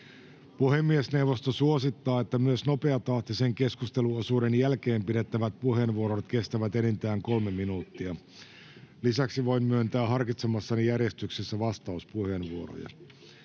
Puhemiesneuvosto suosittaa, että myös nopeatahtisen keskusteluosuuden jälkeen pidettävät puheenvuorot kestävät enintään kolme minuuttia. Lisäksi voin myöntää harkitsemassani järjestyksessä vastauspuheenvuoroja.